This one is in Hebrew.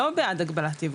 לא בעד הגבלת ייבוא.